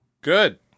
Good